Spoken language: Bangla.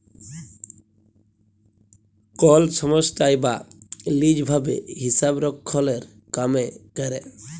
কল সংস্থায় বা লিজ ভাবে হিসাবরক্ষলের কামে ক্যরে